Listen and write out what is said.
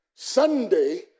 Sunday